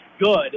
good